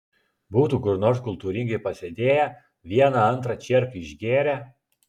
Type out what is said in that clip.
būtų kur nors kultūringai pasėdėję vieną antrą čierką išgėrę